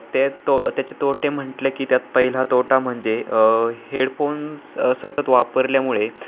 त्या तो त्याचे तोटे म्हटले की त्यात पहिला तोटा म्हणजे हेडफोन्स सतत वापरल्यामुळे